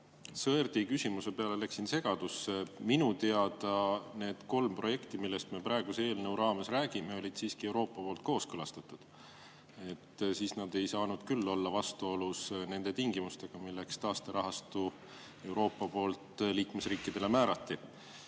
Sõerdi küsimuse peale sattusin segadusse. Minu teada need kolm projekti, millest me praeguse eelnõu raames räägime, olid siiski Euroopa poolt kooskõlastatud. Sel juhul nad ei saanud küll olla vastuolus nende tingimustega, milleks taasterahastu Euroopa poolt liikmesriikidele määrati.